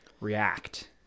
react